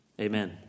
Amen